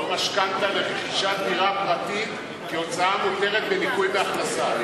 משכנתה לרכישת דירה פרטית כהוצאה מוכרת בניכוי מהכנסה.